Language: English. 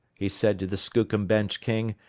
he said to the skookum bench king,